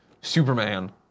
Superman